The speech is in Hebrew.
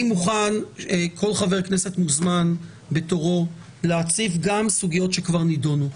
כל חבר כנסת מוזמן בתורו להציף גם סוגיות שכבר נידונו,